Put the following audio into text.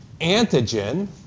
antigen